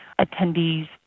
attendees